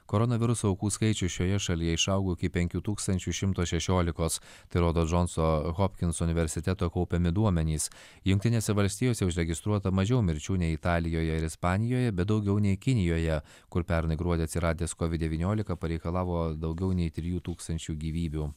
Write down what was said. koronaviruso aukų skaičius šioje šalyje išaugo iki penkių tūkstančių šimto šešiolikos tai rodo džonso hopkinso universiteto kaupiami duomenys jungtinėse valstijose užregistruota mažiau mirčių nei italijoje ir ispanijoje bet daugiau nei kinijoje kur pernai gruodį atsiradęs covid devyniolika pareikalavo daugiau nei trijų tūkstančių gyvybių